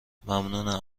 ممنونم